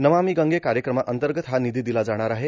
नमामि गंगे कार्यक्रमाअंतर्गत हा निधी दिला जाणार आहे